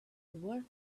worth